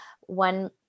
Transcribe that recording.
one